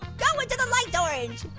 go into the light, orange!